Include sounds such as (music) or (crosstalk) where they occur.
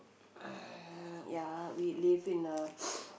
uh ya we live in a (noise)